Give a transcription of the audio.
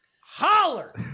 Holler